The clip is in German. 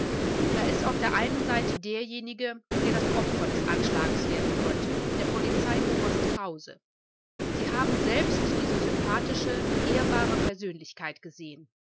da ist auf der einen seite derjenige der das opfer des anschlages werden sollte der polizeioberst krause sie haben selbst diese sympathische ehrbare persönlichkeit gesehen